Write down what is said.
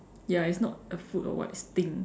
ya it's not a food or what is thing